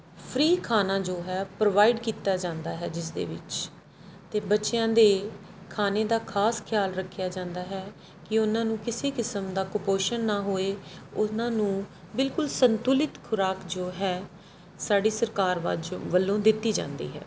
free ਖਾਣਾ ਜੋ ਹੈ ਪ੍ਰੋਵਾਈਡ ਕੀਤਾ ਜਾਂਦਾ ਹੈ ਜਿਸਦੇ ਵਿੱਚ ਅਤੇ ਬੱਚਿਆਂ ਦੇ ਖਾਣੇ ਦਾ ਖਾਸ ਖਿਆਲ ਰੱਖਿਆ ਜਾਂਦਾ ਹੈ ਕਿ ਉਹਨਾਂ ਨੂੰ ਕਿਸੇ ਕਿਸਮ ਦਾ ਕੁਪੋਸ਼ਣ ਨਾ ਹੋਏ ਉਹਨਾਂ ਨੂੰ ਬਿਲਕੁਲ ਸੰਤੁਲਿਤ ਖੁਰਾਕ ਜੋ ਹੈ ਸਾਡੀ ਸਰਕਾਰ ਵਾਜੋਂ ਵੱਲੋਂ ਦਿੱਤੀ ਜਾਂਦੀ ਹੈ